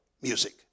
music